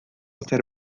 zer